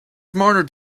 smarter